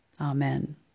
Amen